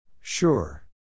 Sure